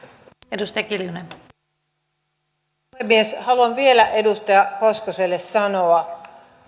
arvoisa rouva puhemies haluan vielä edustaja hoskoselle sanoa